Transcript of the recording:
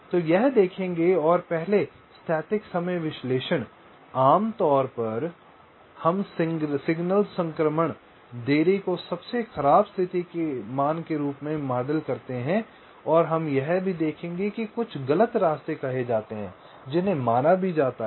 तो यह देखेंगे और पहले स्थैतिक समय विश्लेषण आम तौर पर हम सिग्नल संक्रमण देरी को सबसे खराब स्थिति मान के रूप में मॉडल करते हैं और हम यह भी देखेंगे कि कुछ गलत रास्ते कहे जाते हैं जिन्हें माना भी जाता है